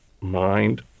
mind